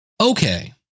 okay